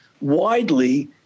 widely